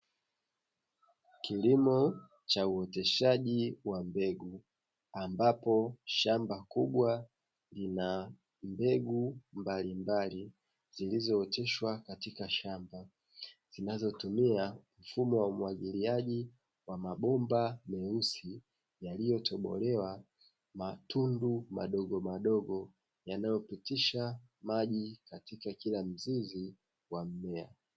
Kilimo cha uoteshaji wa mbegu ambapo shamba kubwa lina mbegu mbalimbali zilizooteshwa katika shamba zinazotumia mfumo wa umwagiliaji wa mabomba meusi yaliyotobolewa matundu madogo madogo yanayopitisha maji katika kila mzizi wa mmea.